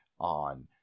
on